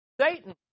satan